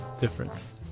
difference